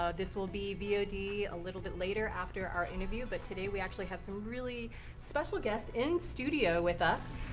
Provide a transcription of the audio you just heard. ah this will be vod a ah little bit later after our interview, but today, we actually have some really special guests in studio with us.